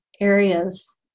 areas